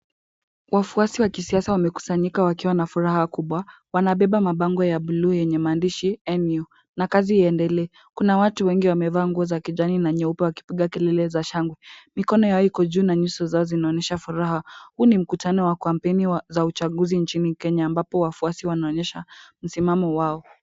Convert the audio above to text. Wafuasi wa kisiasa wamekusanyika wakiwa na furaha kubwa, wanabeba mabango ya buluu yenye maandishi NU na kazi iendelee. Kuna watu wengi wamevaa mavazi ya kijani na nyeupe wakipiga kelele za shangwe. Mikono yao iko juu na nyuso zao zinaonyesha furaha. Huu ni mkutano wa kampeni za uchaguzi nchini Kenya ambapo wafuasi wanaonyesha msimamo wao.